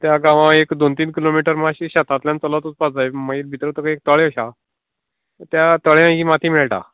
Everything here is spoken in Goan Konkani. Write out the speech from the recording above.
त्या गांवा एक दोन तीन किलोमीटर मात्शी शेतांतल्यान चलत वचपा जाय मागीर भितर सगळे एक तळे आसा त्या तळ्यान ती माती मेळटा